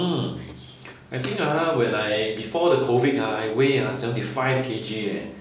hmm I think ha when I before the COVID ha I weigh ha seventy five K_G leh